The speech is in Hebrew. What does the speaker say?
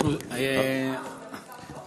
סגן השר פרוש,